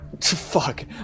fuck